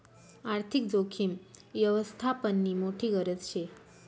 आर्थिक जोखीम यवस्थापननी मोठी गरज शे